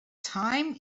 time